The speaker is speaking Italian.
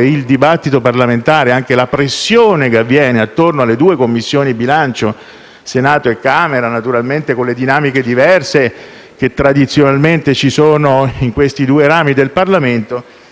il dibattito parlamentare e la pressione che avvengono attorno alle due Commissioni bilancio di Senato e Camera, naturalmente con le dinamiche diverse che tradizionalmente ci sono in questi due rami del Parlamento,